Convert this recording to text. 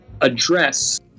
Address